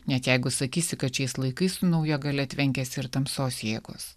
net jeigu sakysi kad šiais laikais su nauja galia tvenkiasi ir tamsos jėgos